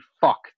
fuck